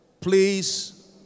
please